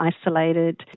isolated